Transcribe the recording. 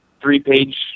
three-page